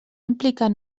implicar